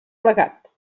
plegat